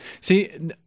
see